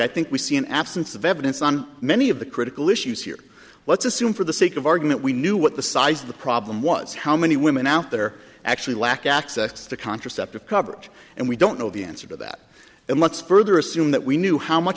i think we see an absence of evidence on many of the critical issues here let's assume for the sake of argument we knew what the size of the problem was how many women out there actually lack access to contraceptive coverage and we don't know the answer to that and let's further assume that we knew how much